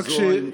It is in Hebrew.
רק,